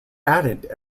added